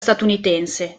statunitense